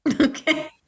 Okay